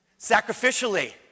Sacrificially